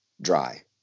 dry